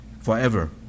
forever